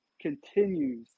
continues